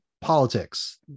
politics